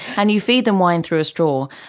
and you feed them wine through a straw,